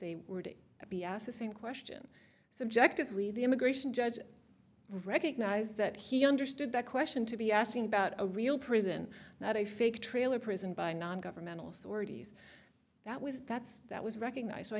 they were to be asked the same question subjectively the immigration judge recognize that he understood that question to be asking about a real prison not a fake trailer prison by non governmental authorities that was that's that was recognize